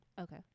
Okay